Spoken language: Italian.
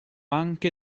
anche